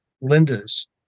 Linda's